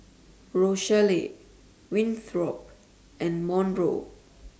Rochelle Winthrop and Monroe